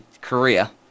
Korea